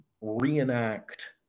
reenact